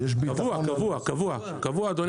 קבוע, אדוני